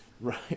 Right